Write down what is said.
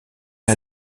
est